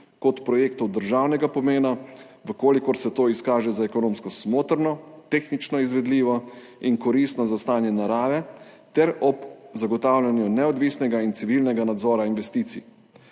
kot projektov državnega pomena, če se to izkaže za ekonomsko smotrno, tehnično izvedljivo in koristno za stanje narave, ter ob zagotavljanju neodvisnega in civilnega nadzora investicij.